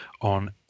on